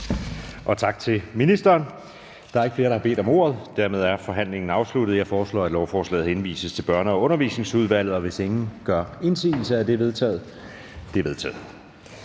Brask): Tak. Da der ikke er flere, der har bedt om ordet, er forhandlingen sluttet. Jeg foreslår, at lovforslaget henvises til Børne- og Undervisningsudvalget, og hvis ingen gør indsigelse, betragter jeg dette som vedtaget.